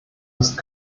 ist